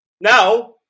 now